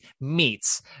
meets